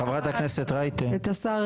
ראית את השר